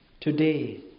Today